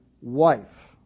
wife